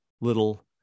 little